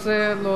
בבקשה.